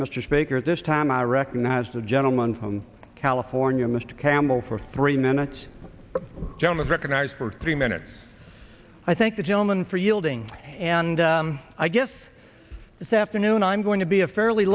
mr speaker at this time i recognize the gentleman from california mr campbell for three minutes john of recognized for three minutes i thank the gentleman for yielding and i guess this afternoon i'm going to be a fairly